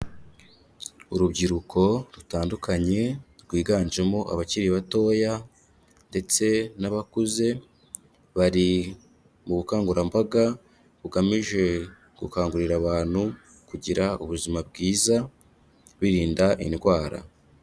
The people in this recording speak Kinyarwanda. Urubyiruko rutandukanye rwiganjemo abakiri batoya ndetse n'abakuze, bari mu bukangurambaga bugamije gukangurira abantu kugira ubuzima bwiza, birinda indwara.